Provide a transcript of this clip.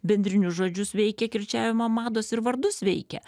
bendrinius žodžius veikia kirčiavimo mados ir vardus veikia